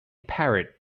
parrot